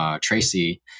Tracy